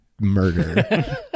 murder